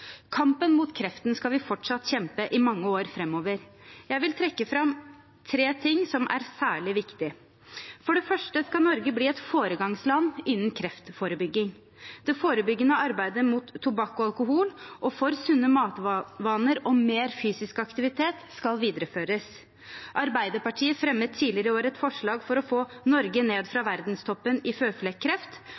Kampen mot kreften skal vi fortsatt kjempe i mange år framover. Jeg vil trekke fram tre ting som er særlig viktige. For det første skal Norge bli et foregangsland innen kreftforebygging. Det forebyggende arbeidet mot tobakk og alkohol og for sunne matvaner og mer fysisk aktivitet skal videreføres. Arbeiderpartiet fremmet tidligere i år et forslag for å få Norge ned fra verdenstoppen i føflekkreft,